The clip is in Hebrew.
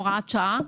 הוראת שעה.